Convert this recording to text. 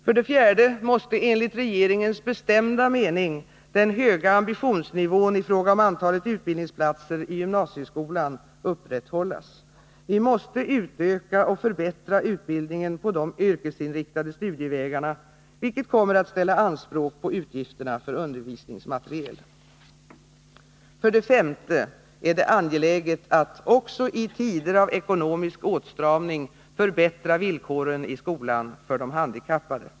För det fjärde måste enligt regeringens bestämda mening den höga ambitionsnivån i fråga om antalet utbildningsplatser i gymnasieskolan upprätthållas. Vi måste utöka och förbättra utbildningen på de yrkesinriktade studievägarna, vilket kommer att ställa anspråk på utgifterna för undervisningsmateriel. För det femte är det angeläget att, också i tider av ekonomisk åtstramning, förbättra villkoren i skolan för de handikappade.